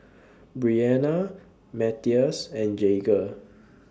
Bryanna Mathias and Jagger